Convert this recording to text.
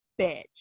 Bitch